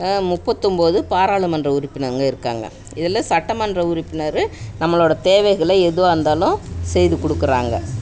முப்பத்தொம்பது பாராளுமன்ற உறுப்பினருங்கள் இருக்காங்க இதில் சட்ட மன்ற உறுப்பினர் நம்மளோடய தேவைகளை எதுவாக இருந்தாலும் செய்து கொடுக்குறாங்க